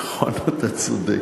נכון, אתה צודק.